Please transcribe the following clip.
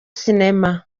sinema